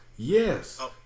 Yes